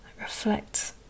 Reflect